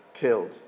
killed